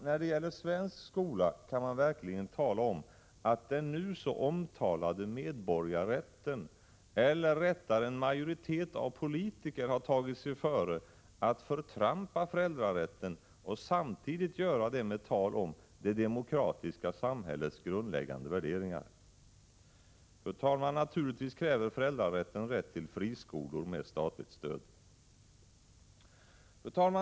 När det gäller svensk skola kan man verkligen tala om att man på grundval av den nu så omtalade medborgarrätten eller, rättare sagt, att en majoritet av politiker har tagit sig före att förtrampa föräldrarätten och att göra det med tal om ”det demokratiska samhällets grundläggande värderingar”. Fru talman! Naturligtvis kräver föräldrarätten rätt till friskolor med statlig stöd.